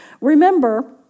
Remember